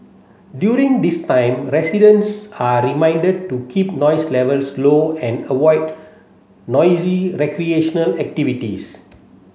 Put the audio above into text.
during this time residents are reminded to keep noise levels low and avoid noisy recreational activities